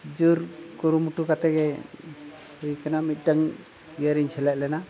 ᱡᱳᱨ ᱠᱩᱨᱩᱢᱩᱴᱩ ᱠᱟᱛᱮᱜᱮ ᱦᱩᱭ ᱠᱟᱱᱟ ᱢᱤᱫᱴᱟᱝ ᱥᱮᱞᱮᱫ ᱞᱮᱱᱟ